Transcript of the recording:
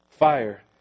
fire